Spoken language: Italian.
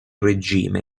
regime